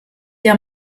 der